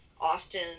Austin